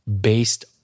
based